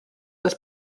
das